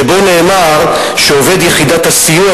שבו נאמר ש"עובד יחידת הסיוע",